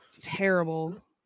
Terrible